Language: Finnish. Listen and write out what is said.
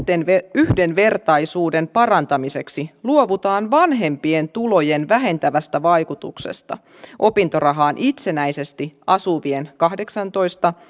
yhdenvertaisuuden parantamiseksi luovutaan vanhempien tulojen vähentävästä vaikutuksesta opintorahaan itsenäisesti asuvien kahdeksantoista